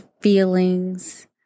feelings